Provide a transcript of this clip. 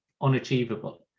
unachievable